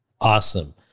Awesome